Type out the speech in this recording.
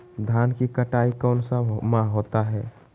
धान की कटाई कौन सा माह होता है?